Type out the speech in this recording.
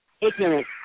ignorant